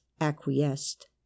acquiesced